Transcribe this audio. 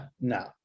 no